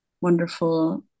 wonderful